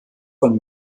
von